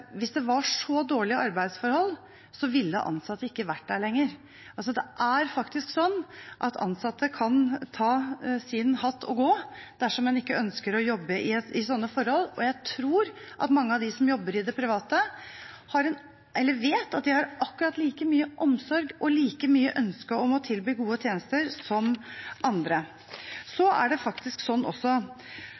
at ansatte kan ta sin hatt og gå dersom de ikke ønsker å jobbe under sånne forhold. Jeg vet at mange av dem som jobber i det private, har akkurat like mye omsorg og et like stort ønske om å tilby gode tjenester som andre. Så er det også sånn